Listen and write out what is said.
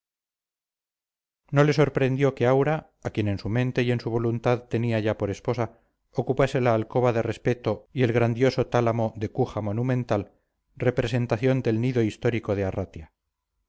no le sorprendió que aura a quien en su mente y en su voluntad tenía ya por esposa ocupase la alcoba de respeto y el grandioso tálamo de cuja monumental representación del nido histórico de arratia